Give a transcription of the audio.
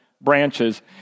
branches